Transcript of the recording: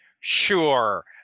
sure